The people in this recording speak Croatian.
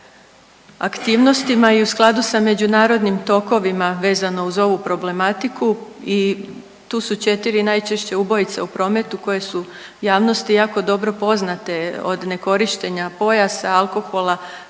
aktivnostima i u skladu sa međunarodnim tokovima vezano uz ovu problematiku i tu su 4 najčešće ubojice u prometu koje su javnosti jako dobro poznate, od nekorištenja pojasa, alkohola,